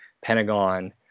Pentagon